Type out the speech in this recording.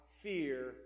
fear